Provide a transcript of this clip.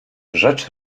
rzecz